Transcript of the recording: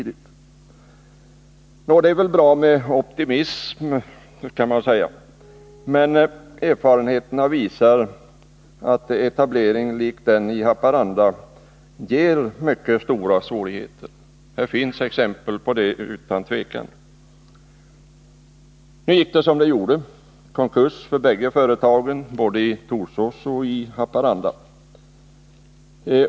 Det är väl bra med optimism, kan man säga, men erfarenheterna visar att en etablering lik den i Haparanda skapar mycket stora svårigheter. Här finns utan tvivel exempel på det. Nu gick det som det gick — det blev konkurs för bägge företagen, både i Torsås och i Haparanda.